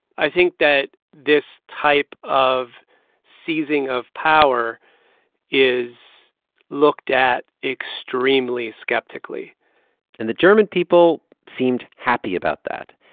i think that this type of seizing of power is looked at extremely skeptically and the german people seemed happy about that.